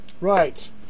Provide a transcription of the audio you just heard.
Right